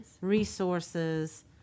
resources